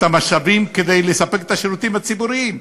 המשאבים כדי לספק את השירותים הציבוריים.